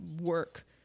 work